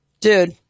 Dude